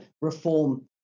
reform